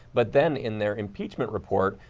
but then, in their impeachment report,